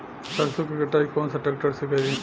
सरसों के कटाई कौन सा ट्रैक्टर से करी?